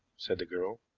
said the girl.